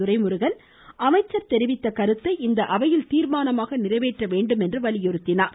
துரைமுருகன் அமைச்சர் தெரிவித்த கருத்தை இந்த அவையில் தீர்மானமாக நிறைவேற்ற வேண்டும் என்று வலியுறுத்தினார்